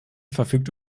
verfügt